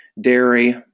dairy